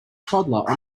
toddler